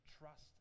trust